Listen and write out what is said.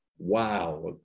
wow